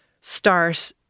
start